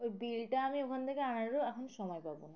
ওই বিলটা আমি ওখান থেকে আনারও এখন সময় পাবনা